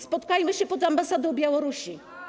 Spotkajmy się pod ambasadą Białorusi.